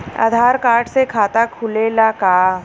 आधार card से खाता खुले ला का?